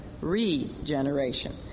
regeneration